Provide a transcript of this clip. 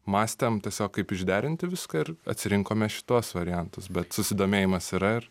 mąstėm tiesiog kaip išderinti viską ir atsirinkome šituos variantus bet susidomėjimas yra ir